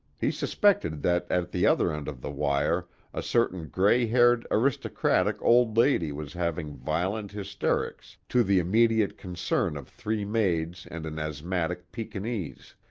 he suspected that at the other end of the wire a certain gray-haired, aristocratic old lady was having violent hysterics to the immediate concern of three maids and an asthmatic pekinese,